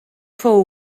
fou